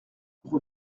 rue